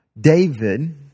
David